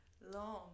long